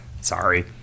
sorry